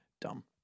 Dumb